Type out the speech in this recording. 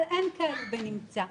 אבל אין כעת בנמצא.